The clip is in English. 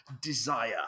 desire